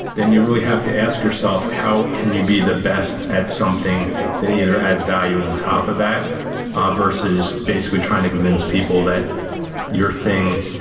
then you really have to ask yourself how can you be the best at something that either adds value on top of that ah versus basically trying to convince people that your thing,